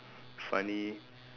funny